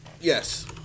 Yes